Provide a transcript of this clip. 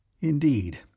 Indeed